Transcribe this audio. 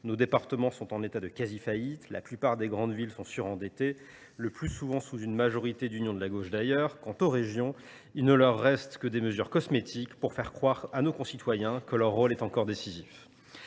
Nos départements sont en état de quasi faillite, et la plupart des grandes villes sont surendettées, le plus souvent sous une majorité d’union de la gauche. Quant aux régions, il ne leur reste que des mesures cosmétiques à prendre, pour faire croire à nos concitoyens que leur rôle est encore décisif.